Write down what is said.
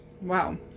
Wow